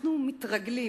אנחנו מתרגלים.